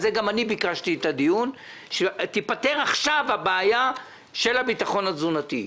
על זה גם אני ביקשתי את הדיון שתיפתר עכשיו הבעיה של הביטחון התזונתי.